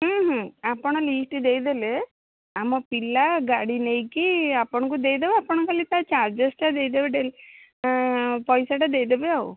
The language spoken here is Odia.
ଆପଣ ଲିଷ୍ଟ ଦେଇଦେଲେ ଆମ ପିଲା ଗାଡ଼ି ନେଇକି ଆପଣଙ୍କୁ ଦେଇଦେବ ଆପଣ ଖାଲି ତା ଚାର୍ଜେସ୍ଟା ଦେଇଦେବେ ପଇସାଟା ଦେଇଦେବେ ଆଉ